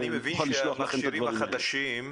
אני מבין שהמכשירים החדשים,